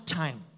time